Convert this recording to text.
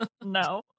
no